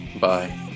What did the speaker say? bye